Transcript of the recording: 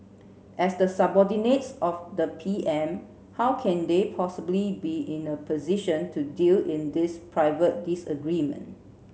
as the subordinates of the P M how can they possibly be in a position to deal in this private disagreement